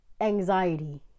anxiety